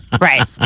Right